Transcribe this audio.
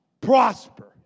prosper